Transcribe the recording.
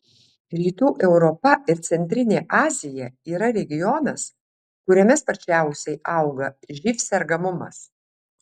rytų europa ir centrinė azija yra regionas kuriame sparčiausiai auga živ sergamumas